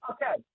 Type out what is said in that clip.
Okay